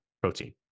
protein